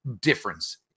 difference